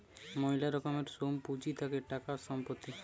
ময়লা রকমের সোম পুঁজি থাকে টাকা, সম্পত্তি